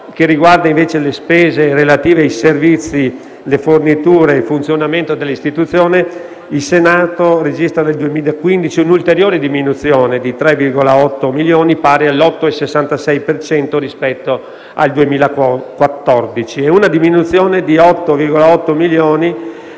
riguarda, invece, le spese relative ai servizi, le forniture e il funzionamento dell'istituzione, il Senato registra nel 2015 un'ulteriore diminuzione di 3,8 milioni, pari all'8,66 per cento rispetto al 2014, e una diminuzione di 8,8 milioni,